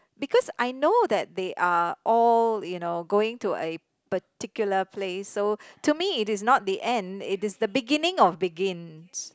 because I know that they are all you know going to a particular place so to me it is not the end it is the beginning of begins